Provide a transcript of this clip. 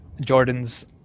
Jordan's